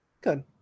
Good